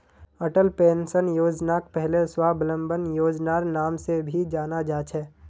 Atal pension योजनाक पहले स्वाबलंबन योजनार नाम से भी जाना जा छे